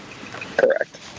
Correct